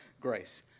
grace